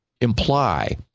imply